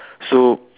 so